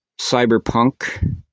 Cyberpunk